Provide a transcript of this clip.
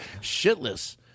shitless